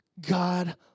God